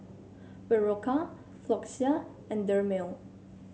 Berocca Floxia and Dermale